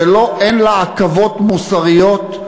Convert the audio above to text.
שאין לה עכבות מוסריות,